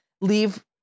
leave